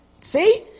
See